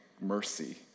mercy